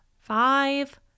five